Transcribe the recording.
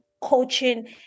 coaching